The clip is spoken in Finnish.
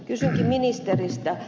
kysynkin ministeriltä